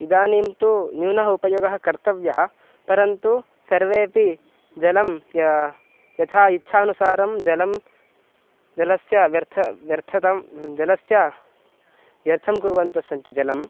इदानीं तु न्यूनः उपयोगः कर्तव्यः परन्तु सर्वेपि जलं या यथा इच्छानुसारं जलं जलस्य व्यर्थः व्यर्थतां जलस्य व्यर्थं कुर्वन्तः सन्ति जलं